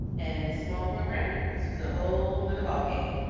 and it's a small program, this was a whole nother ballgame.